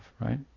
right